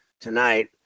tonight